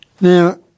Now